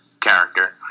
character